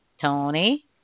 Tony